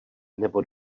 nebo